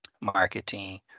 marketing